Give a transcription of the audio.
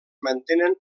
mantenen